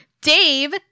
Dave